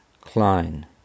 Klein